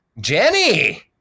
Jenny